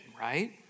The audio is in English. right